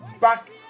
back